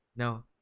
No